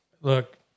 Look